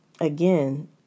again